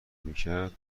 میکرد